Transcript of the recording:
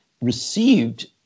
received